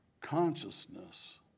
Consciousness